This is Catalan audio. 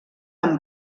amb